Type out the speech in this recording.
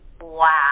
Wow